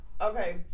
Okay